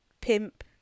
Pimp